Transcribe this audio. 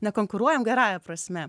na konkuruojam gerąja prasme